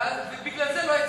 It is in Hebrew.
ובגלל זה לא,